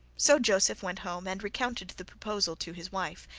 so joseph went home and recounted the proposal to his wife,